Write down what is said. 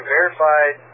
verified